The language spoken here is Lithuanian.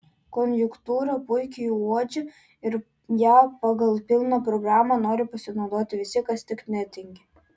konjunktūrą puikiai uodžia ir ja pagal pilną programą nori pasinaudoti visi kas tik netingi